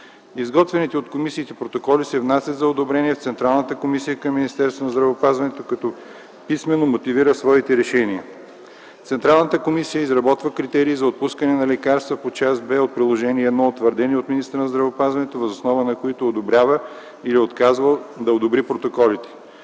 Изготвените от комисиите протоколи се внасят за одобрение в Централната комисия към Министерството на здравеопазването, която писмено мотивира своите решения. Централната комисия изработва критерии за отпускане на лекарства по Част Б от Приложение № 1, утвърдени от министъра на здравеопазването, въз основа на които одобрява или отказва да одобри протоколите.